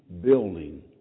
building